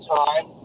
time